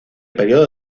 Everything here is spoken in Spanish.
periodo